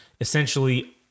essentially